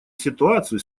ситуацию